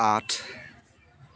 আঠ